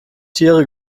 tiere